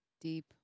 Deep